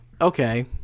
Okay